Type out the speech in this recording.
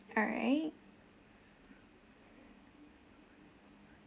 alright